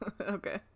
Okay